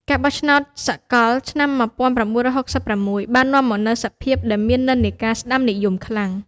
ការបោះឆ្នោតសកលឆ្នាំ ១៩៦៦ បាននាំមកនូវសភាដែលមាននិន្នាការស្តាំនិយមខ្លាំង។